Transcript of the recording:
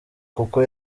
kuko